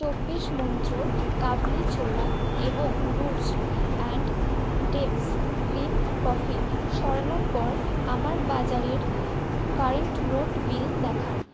চব্বিশ মন্ত্র কাবলি ছোলা এবং roots and stems green coffee সরানোর পর আমার বাজারের কারেন্ট মোট বিল দেখান